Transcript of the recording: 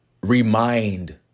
remind